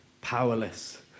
powerless